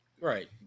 Right